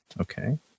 okay